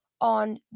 on